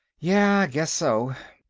yeah, i guess so.